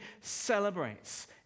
celebrates